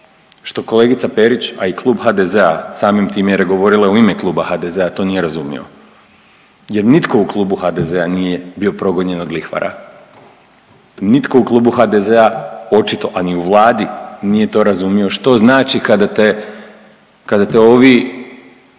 što kolegica Perić, a i klub HDZ-a samim time jer je govorila u ime HDZ-a to nije razumio jer nitko u klubu HDZ-a nije bio progonjen od lihvara, nitko u klubu HDZ-a očito, a ni u Vladi nije to razumio što znači kada te,